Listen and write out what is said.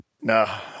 No